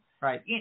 Right